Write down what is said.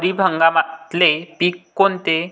खरीप हंगामातले पिकं कोनते?